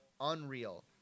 unreal